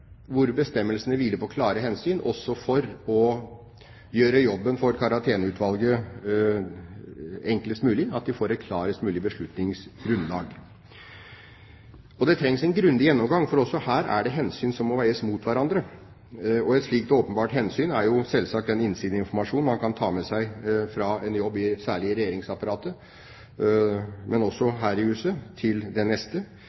hvor bestemmelsene hviler på klare hensyn, også for å gjøre jobben for Karanteneutvalget enklest mulig slik at en får et klarest mulig beslutningsgrunnlag. Det trengs en grundig gjennomgang, for også her er det hensyn som må veies mot hverandre. Et slikt åpenbart hensyn er selvsagt den innsideinformasjonen man kan ta med seg fra en jobb, særlig i regjeringsapparatet, men også her i huset, til den neste.